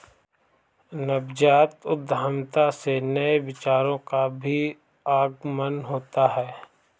नवजात उद्यमिता से नए विचारों का भी आगमन होता है